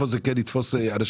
איפה זה כן יתפוס אנשים.